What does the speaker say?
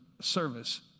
service